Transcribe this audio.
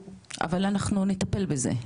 אבל אנחנו נטפל בזה,